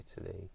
Italy